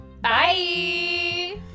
bye